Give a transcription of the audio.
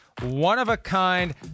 one-of-a-kind